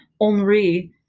Henri